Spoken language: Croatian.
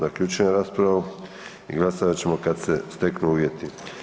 Zaključujem raspravu i glasovat ćemo kada se steknu uvjeti.